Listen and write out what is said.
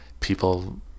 people